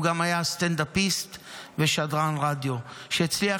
הוא גם היה סטנדאפיסט ושדרן רדיו שהצליח